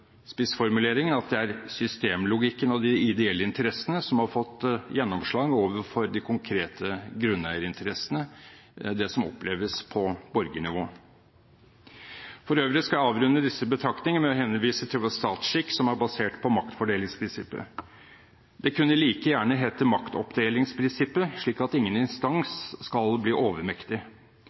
spissformuleringen – at det er systemlogikken og de ideelle interessene som har fått gjennomslag overfor de konkrete grunneierinteressene, det som oppleves på borgernivå. For øvrig skal jeg avrunde disse betraktninger med å henvise til vår statsskikk som er basert på maktfordelingsprinsippet. Det kunne like gjerne hete «maktoppdelingsprinsippet», slik at ingen instans skal bli overmektig.